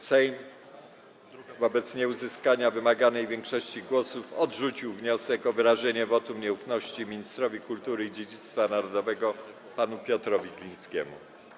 Sejm wobec nieuzyskania wymaganej większości głosów odrzucił wniosek o wyrażenie wotum nieufności ministrowi kultury i dziedzictwa narodowego panu Piotrowi Glińskiemu.